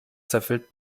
zerfällt